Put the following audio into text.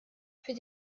für